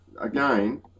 again